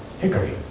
hickory